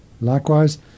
Likewise